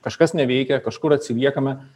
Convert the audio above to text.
kažkas neveikia kažkur atsiliekame